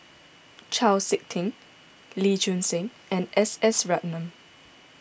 Chau Sik Ting Lee Choon Seng and S S Ratnam